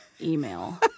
email